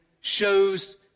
shows